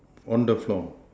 on the floor